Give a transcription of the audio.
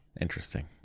Interesting